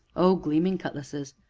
o gleaming cutlasses!